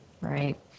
right